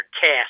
cast